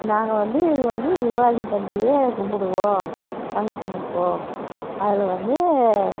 நாங்கள் வந்து இங்கே வந்து யுகாதி பண்டிகையை கும்பிடுவோம் ஃபங்ஷன் வைப்போம் அது வந்து